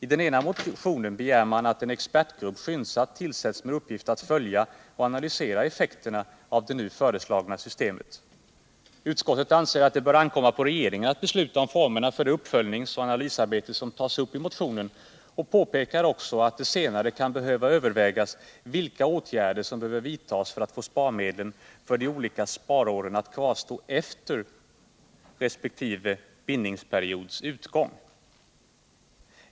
I den ena motionen begär man att en expertgrupp skyndsamt tillsätts med uppgift att följa och analysera effekterna av det nu föreslagna systemet. Utskottet anser att det bör ankom ma på regeringen att besluta om formerna för det uppföljnings och analysarbete som tas upp i motionen och påpekar också att det senare kan behöva övervägas vilka åtgärder som behöver vidtas för att få sparmedlen för de olika sparåren att kvarstå även efter resp. bindningsperiods utgång.